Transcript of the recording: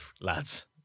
lads